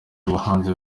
ubuhanzi